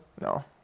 No